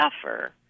suffer